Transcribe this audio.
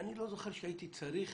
אני לא זוכר שהייתי צריך